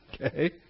Okay